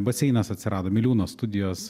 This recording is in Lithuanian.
baseinas atsirado miliūno studijos